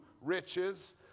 riches